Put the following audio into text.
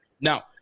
Now